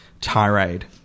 tirade